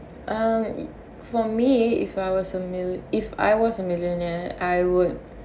um for me if I was a mil~ if I was a millionaire I would